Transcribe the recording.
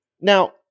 Now